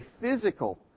physical